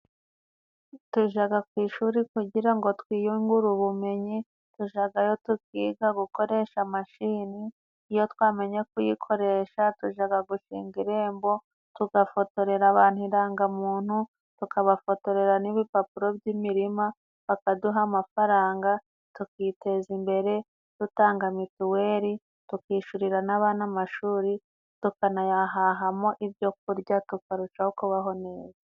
Tujaga ku ishuri kugira ngo twiyungure ubumenyi, tujagayo tukiga gukoresha mashini, iyo twamenye kuyikoresha, tujaga gushinga Irembo, tugafotorera abantu indangagamuntu, tukabafotorera n'ibipapuro by'imirima, bakaduha amafaranga, tukiteza imbere dutanga mituweli, tukishurira n'abana amashuri, tukanayahahamo ibyo kurya, tukarushaho kubaho neza.